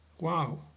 wow